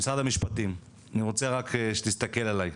משרד המשפטים, אני רוצה רק שתסתכל עליי.